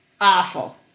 Awful